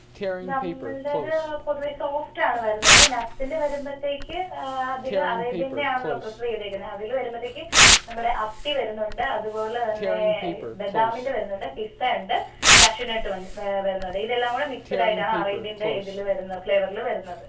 നമ്മളുടെത് പൊതുവേ സോഫ്റ്റാണ് വരുന്നത് നട്സിൻ്റെ വരുമ്പോഴ്ത്തേക്ക് അതിൽ അറേബ്യനിലാണല്ലോ പ്രിഫർ ചെയ്തേക്കുന്നത് അതിൽ വരുമ്പോഴ്ത്തേക്ക് നമ്മുടെ അത്തി വരുന്നുണ്ട് അതുപോലെ തന്നെ ബദാമിൻ്റെ വരുന്നുണ്ട് പിസ്തയുണ്ട് കാഷ്യൂ നട്ട് വരുന്നുണ്ട് ഇതെല്ലാം കൂടെ മിക്സഡായിട്ടാണ് അറേബ്യൻ്റെ ഇതിൽ വരുന്നത് ഫ്ലേവറിൽ വരുന്നത്